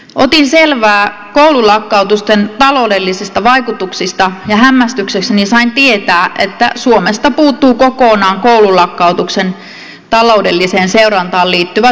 otin selvää koululakkautusten taloudellisista vaikutuksista ja hämmästyksekseni sain tietää että suomesta puuttuu kokonaan koululakkautuksen taloudelliseen seurantaan liittyvä tutkimus